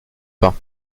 pas